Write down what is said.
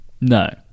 No